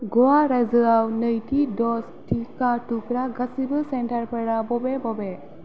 ग'वा रायजोआव नैथि ड'ज टिका थुग्रा गासैबो सेन्टारफोरा बबे बबे